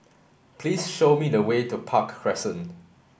please show me the way to Park Crescent